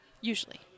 Usually